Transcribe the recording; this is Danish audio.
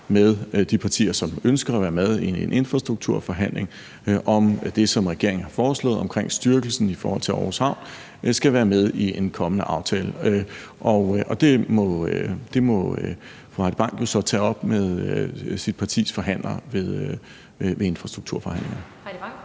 med de partier, som ønsker at være med i en infrastrukturforhandling, om det, som regeringen har foreslået omkring styrkelsen, i forhold til om Aarhus Havn skal være med i en kommende aftale. Det må fru Heidi Bank så tage op med sit partis forhandlere ved infrastrukturforhandlingerne.